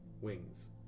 wings